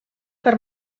per